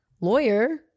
lawyer